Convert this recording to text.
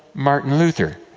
martin luther.